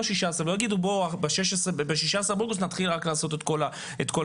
מכן ולא שמ-16 באוגוסט נתחיל לעשות את כל הדברים.